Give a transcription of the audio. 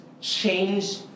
change